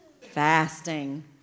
fasting